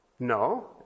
No